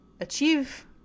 achieve